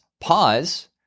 pause